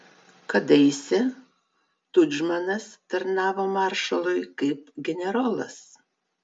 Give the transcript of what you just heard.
kadaise tudžmanas tarnavo maršalui kaip generolas